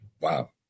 Wow